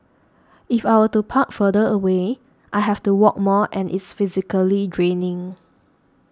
if I were to park further away I have to walk more and it's physically draining